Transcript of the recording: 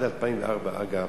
אגב,